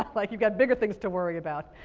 um like you've got bigger things to worry about.